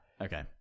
Okay